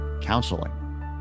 counseling